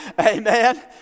Amen